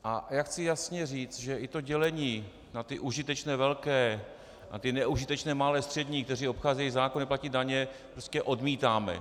A já chci jasně říct, že i to dělení na ty užitečné velké a ty neužitečné malé a střední, kteří obcházejí zákony, neplatí daně, prostě odmítáme.